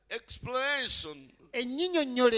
explanation